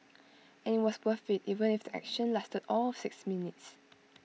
and IT was worth IT even if the action lasted all of six minutes